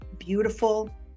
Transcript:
beautiful